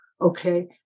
Okay